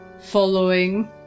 following